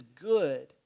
good